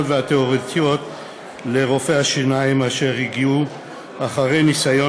והתיאורטיות לרופאי השיניים אשר הגיעו אחרי ניסיון